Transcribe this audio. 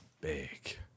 big